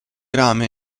rame